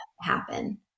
happen